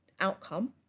outcome